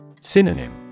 Synonym